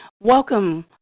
Welcome